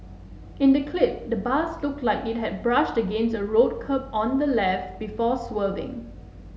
in the clip the bus looked like it had brushed against a road curb on the left before swerving